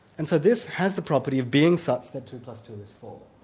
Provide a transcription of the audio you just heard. and so this has the property of being such that two plus two is four.